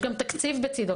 יש גם תקציב בצדו,